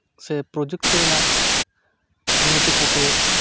ᱥᱮ ᱯᱨᱚᱡᱩᱠᱛᱤ ᱨᱮᱱᱟᱜ ᱩᱱᱱᱚᱛᱤ ᱠᱷᱟᱹᱛᱤᱨ